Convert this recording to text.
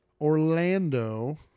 Orlando